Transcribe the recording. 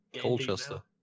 Colchester